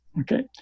okay